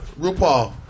RuPaul